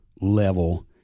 level